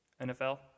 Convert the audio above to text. NFL